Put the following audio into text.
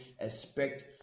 expect